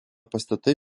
pastatai